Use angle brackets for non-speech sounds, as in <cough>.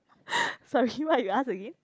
<breath> sorry what you ask again